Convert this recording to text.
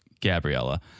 Gabriella